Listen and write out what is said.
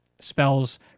Spells